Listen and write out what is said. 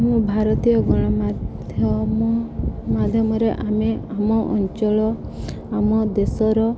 ଆମ ଭାରତୀୟ ଗଣମାଧ୍ୟମ ମାଧ୍ୟମରେ ଆମେ ଆମ ଅଞ୍ଚଳ ଆମ ଦେଶର